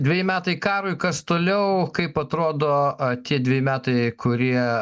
dveji metai karui kas toliau kaip atrodo a tie dveji metai kurie